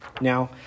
Now